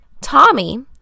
tommy